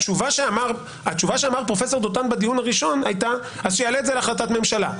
התשובה שאמר פרופסור דותן בדיון הראשון הייתה שיעלה את זה להחלטת ממשלה.